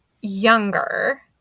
younger